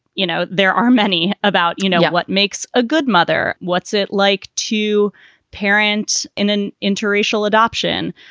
you know, there are many about. you know what makes a good mother? what's it like to parent in an interracial adoption?